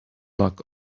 luck